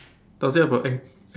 does it have a anch~ anch~